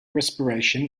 respiration